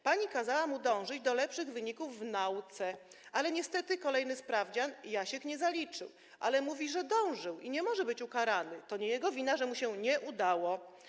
Pani kazała mu dążyć do lepszych wyników w nauce, ale niestety kolejny sprawdzian i Jasiek nie zaliczył, ale mówi, że dążył i nie może być ukarany, to nie jego wina, że mu się nie udało.